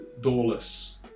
doorless